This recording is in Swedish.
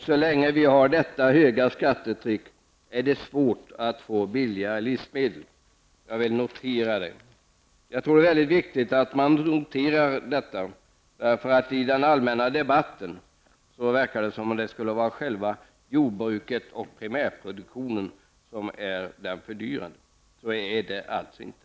Så länge vi har ett så högt skattetryck är det svårt att få billiga livsmedel. Jag tror att det är mycket viktigt att notera detta. I den allmänna debatten verkar det nämligen som om själva jordbruket och primärproduktionen är fördyrande. Så är det alltså inte.